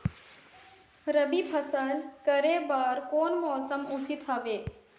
रबी फसल करे बर कोन मौसम उचित हवे?